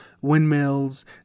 windmills